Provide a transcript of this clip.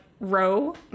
row